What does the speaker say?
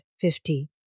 fifty